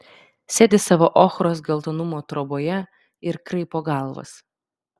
sėdi savo ochros geltonumo troboje ir kraipo galvas